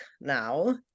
now